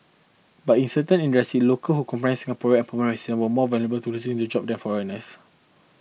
but in certain industry local who comprise Singaporean and permanent residents were more vulnerable to losing their job than foreigners